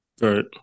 Right